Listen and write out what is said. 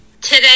Today